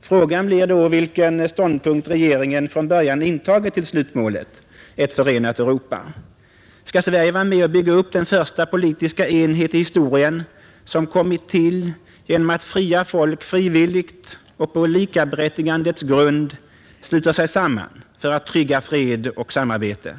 Frågan blir då, vilka ståndpunkter regeringen från början intagit till slutmålet: ett förenat Europa. Skall Sverige vara med och bygga upp den första politiska enhet i historien som kommit till genom att fria folk frivilligt och på likaberättigandets grund sluter sig samman för att trygga fred och samarbete?